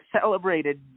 celebrated